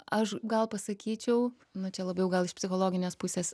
aš gal pasakyčiau nu čia labiau gal iš psichologinės pusės